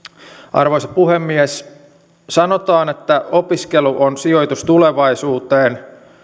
arvoisa puhemies sanotaan että opiskelu on sijoitus tulevaisuuteen